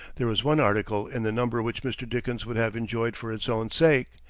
there is one article in the number which mr. dickens would have enjoyed for its own sake.